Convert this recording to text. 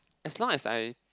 as long as I